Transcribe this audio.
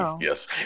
yes